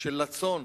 של לצון,